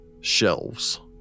shelves